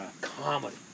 comedy